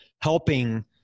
helping